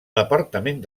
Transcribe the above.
departament